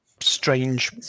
strange